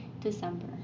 December